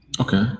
Okay